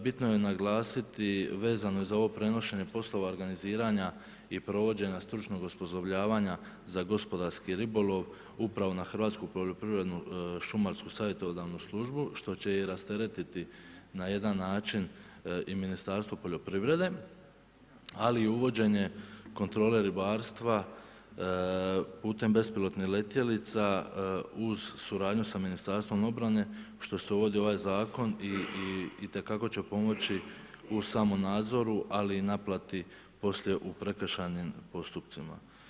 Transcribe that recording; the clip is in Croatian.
Bitno je naglasiti, vezano je uz ovo prenošenje poslova organiziranja i provođenja stručnog osposobljavanja, za gospodarski ribolov upravo na Hrvatsku poljoprivredu, šumarsku, savjetodavnu službu, što će i rasteretiti na jedan način i Ministarstvo poljoprivrede ali i uvođenje kontrole ribarstva putem bezpilotnih letjelica uz suradnjom sa Ministarstvom obrane što se uvidi ovaj zakon, itekako će pomoći u samom nadzoru ali i naplati poslije u prekršajnim postupcima.